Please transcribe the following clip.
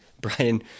Brian